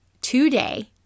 today